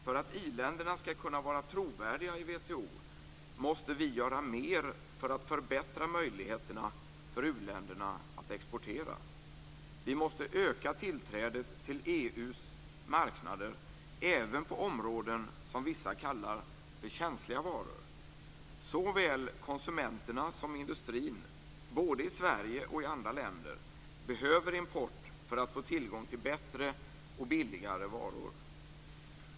För att i-länderna skall kunna vara trovärdiga i WTO måste vi göra mer för att förbättra möjligheterna för u-länderna att exportera. Vi måste öka tillträdet till EU:s marknader även för det som vissa kallar för känsliga varor. Såväl konsumenterna som industrin, både i Sverige och i andra länder, behöver import för att få tillgång till bättre och billigare varor.